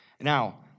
Now